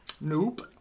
Nope